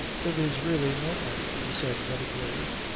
there is really no one, he said, very grave.